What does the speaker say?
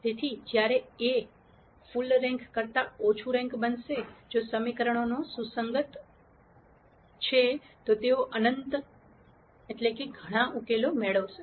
તેથી જ્યારે આ A ફુલ રેન્ક કરતા ઓછું રેન્ક બનશે જો સમીકરણો સુસંગત છે તો તેઓ અનંત ઘણા ઉકેલો મેળવશે